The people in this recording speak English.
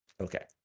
Okay